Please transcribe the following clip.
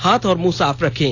हाथ और मुंह साफ रखें